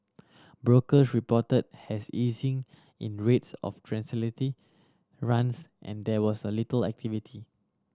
brokers reported has easing in rates of transatlantic runs and there was a little activity